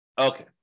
Okay